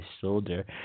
shoulder